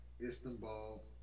Istanbul